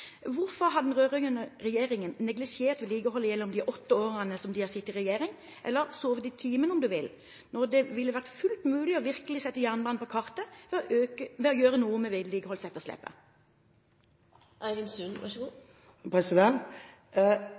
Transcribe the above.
Hvorfor har den rød-grønne regjeringen neglisjert vedlikeholdet gjennom de åtte årene den har sittet i regjering, eller sovet i timen om du vil, når det ville vært fullt mulig virkelig å sette jernbanen på kartet ved å gjøre noe med